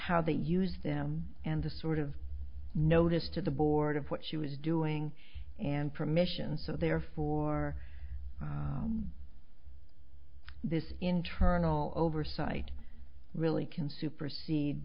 how they used them and the sort of notice to the board of what she was doing and permissions so therefore this internal oversight really can supersede